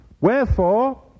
Wherefore